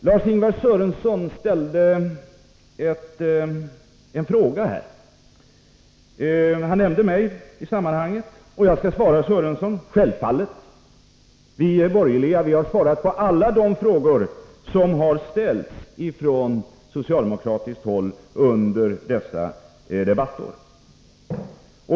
Lars-Ingvar Sörenson ställde en fråga här och nämnde mig i sammanhanget. Jag skall svara Sörenson. Vi borgerliga har svarat på alla de frågor som har ställts från socialdemokratiskt håll under debatten.